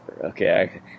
Okay